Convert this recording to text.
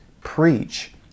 preach